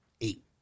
Eight